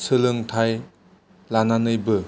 सोलोंथाइ लानानैबो